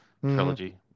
trilogy